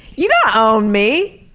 you don't own me!